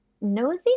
Nosy